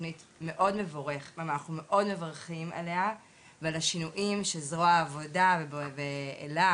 אנחנו מאוד מברכים עליה ועל השינויים שזרוע העבודה ואלה,